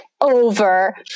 over